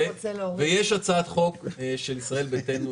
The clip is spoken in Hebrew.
ויש הצעת חוק של ישראל ביתנו.